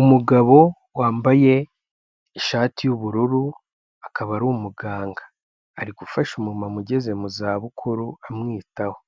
Umugabo wambaye ishati y'ubururu akaba ari umuganga, ari gufasha umuma ugeze mu za bukuru amwitaho,